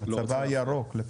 הצבא הירוק לפחות.